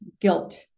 guilt